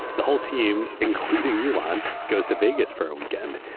the whole team including elon goes to vegas for a weekend,